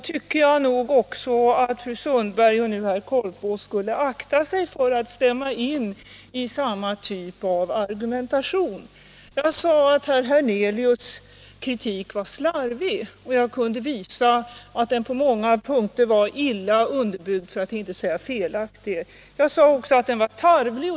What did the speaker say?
Fru Sundberg och herr Korpås borde akta sig för att stämma in i samma typ av argumentation. Jag sade att herr Hernelius kritik var slarvig, och jag kunde visa att den på många punkter var illa underbyggd för att inte säga felaktig. Jag sade också att den var tarvlig.